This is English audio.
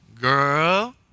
girl